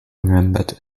remembered